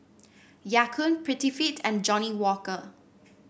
Ya Kun Prettyfit and Johnnie Walker